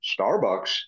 Starbucks